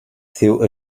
feel